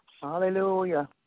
Hallelujah